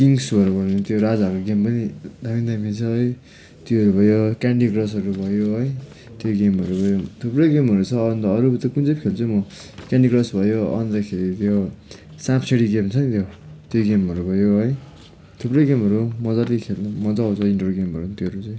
किङ्सहरू भयो त्यो राजाहरूको गेम पनि दामी दामी छ है त्योहरू भयो क्यान्डी क्रसहरू भयो है त्यो गेमहरू भयो थुप्रै गेमहरू छ अन्त अरू कुनै चाहिँ पो खेल्छु म क्यान्डी क्रस भयो अन्तखेरि त्यो साँप सिँढी खेल्छ नि त्यो त्यो गेमहरू भयो है थुप्रै गेमहरू मजाले खेल्नु मजा आउँछ इन्टर गेमहरू त्योहरू चाहिँ